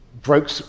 broke